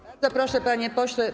Bardzo proszę, panie pośle.